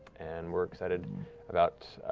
and we're excited about